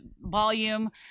volume